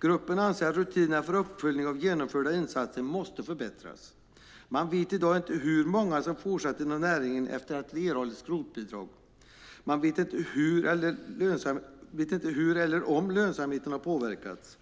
Gruppen anser att rutinerna för uppföljning av genomförda insatser måste förbättras. Man vet i dag inte hur många som fortsatt inom näringen efter att de erhållit skrotningsbidrag. Man vet inte om eller hur lönsamheten har påverkats.